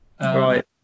Right